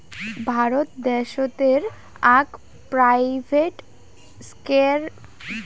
ভারত দ্যাশোতের আক private sector ব্যাঙ্কত হসে ইয়েস ব্যাঙ্কত